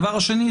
השני,